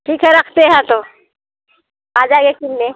ठीक है रखते हैं तो आ जाइए किनने